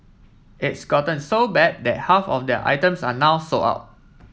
it's gotten so bad that half of their items are now sold out